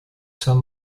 san